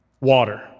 Water